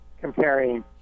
comparing